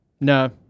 No